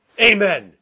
Amen